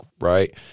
right